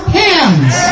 hands